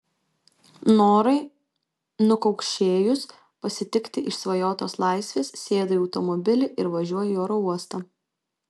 norai nukaukšėjus pasitikti išsvajotos laisvės sėdu į automobilį ir važiuoju į oro uostą